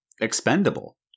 expendable